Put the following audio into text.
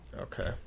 Okay